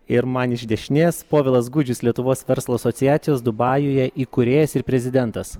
ir man iš dešinės povilas gudžius lietuvos verslo asociacijos dubajuje įkūrėjas ir prezidentas